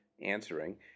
answering